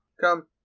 Come